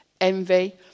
envy